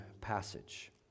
passage